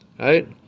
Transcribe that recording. Right